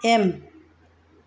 M